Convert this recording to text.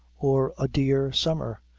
or a dear summer,